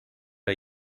are